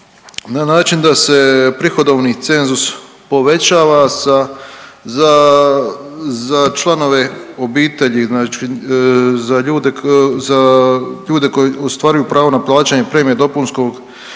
na način da se prihodovni cenzus povećava sa, za, za članove obitelji, znači za ljude, za ljude koji ostvaruju pravo na plaćanje premije dopunskog